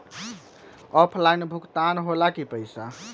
Offline भुगतान हो ला कि पईसा?